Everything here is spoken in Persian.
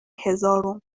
هزارم